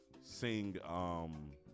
sing